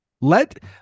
Let